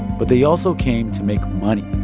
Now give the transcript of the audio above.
but they also came to make money.